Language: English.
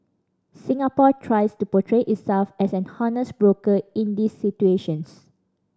Singapore tries to portray itself as an honest broker in these situations